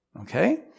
okay